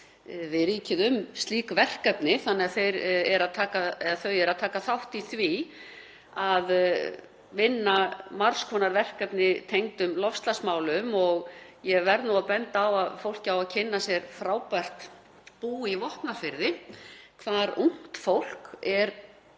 við ríkið um slík verkefni. Þannig að bændur taka þátt í því að vinna margs konar verkefni tengd loftslagsmálum. Ég verð nú að benda fólki á að kynna sér frábært bú í Vopnafirði, hvar ungt fólk er